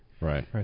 Right